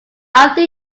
after